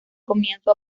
comienzo